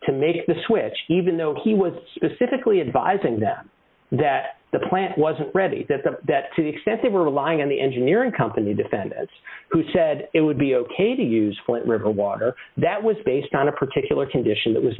to make the switch even though he was specifically advising them that the plant wasn't ready that the that to the extent they were relying on the engineering company defended who said it would be ok to use flint river water that was based on a particular condition that was